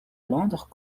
londres